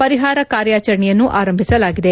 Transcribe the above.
ಪರಿಹಾರ ಕಾರ್ಯಾಚರಣೆಯನ್ನು ಆರಂಭಿಸಲಾಗಿದೆ